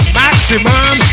maximum